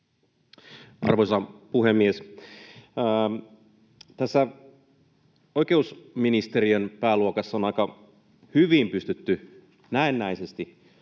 Arvoisa puhemies! Tässä oikeusministeriön pääluokassa on aika hyvin pystytty näennäisesti säilyttämään